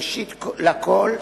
ראשית כול,